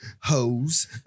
hoes